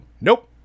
Nope